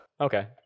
Okay